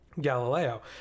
Galileo